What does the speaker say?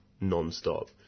non-stop